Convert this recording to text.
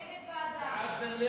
נגד, ועדה.